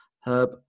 Herb